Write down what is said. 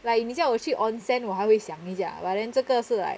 like 你叫我去 onsen 我还会想一下 but then 这个是 like